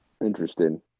Interesting